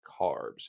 carbs